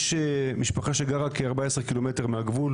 יש משפחה שגרה כ-14 קילומטר מהגבול,